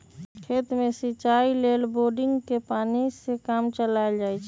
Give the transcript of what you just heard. खेत में सिचाई लेल बोड़िंगके पानी से काम चलायल जाइ छइ